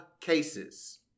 cases